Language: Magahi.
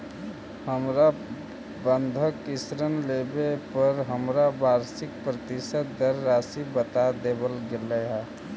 हमर बंधक ऋण लेवे पर हमरा वार्षिक प्रतिशत दर राशी बता देवल गेल हल